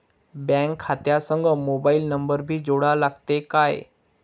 Bank खात्या संग mobile number भी जोडा लागते काय?